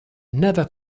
never